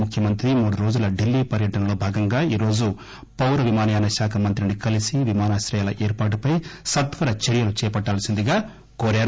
ముఖ్యమంత్రి మూడు రోజుల ఢిల్లీ పర్యటనలో భాగంగా ఈరోజు పౌర విమానయానశాఖ మంత్రిని కలిసి విమానాశ్రయాల ఏర్పాటుపై సత్వర చర్యలు చేపట్టవల్సిందిగా కోరారు